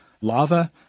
lava